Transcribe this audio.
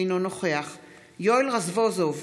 אינו נוכח יואל רזבוזוב,